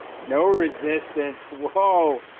no resistance, whoa.